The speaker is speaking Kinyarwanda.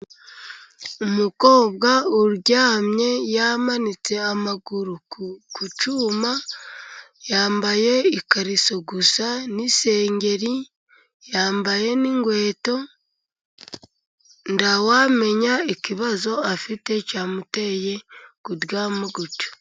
Umukobwa uryamye yamanitse amaguru ku cyuma, yambaye ikariso gusa n'isengeri, yambaye n'inkweto, ntawamenya ikibazo afite cyamuteye kuryamo gutyo.